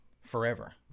forever